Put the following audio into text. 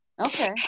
Okay